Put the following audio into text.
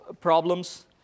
problems